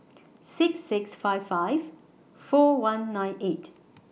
six six five five four one nine eight